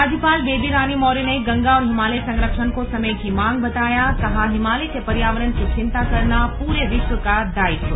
राज्यपाल बेबी रानी मौर्य ने गंगा और हिमालय संरक्षण को समय की मांग बतायाकहा हिमालय के पर्यावरण की चिंता करना पूरे विश्व का दायित्व